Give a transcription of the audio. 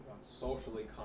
socially